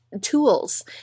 tools